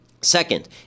Second